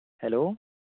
hello